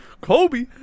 Kobe